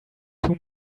too